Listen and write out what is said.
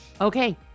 Okay